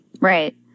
Right